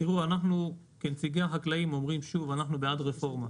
אנחנו כנציגי החקלאים אומרים שוב שאנחנו בעד רפורמה.